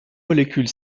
molécule